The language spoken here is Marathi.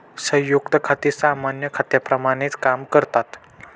संयुक्त खाती सामान्य खात्यांप्रमाणेच काम करतात